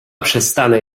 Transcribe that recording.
przestanę